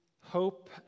hope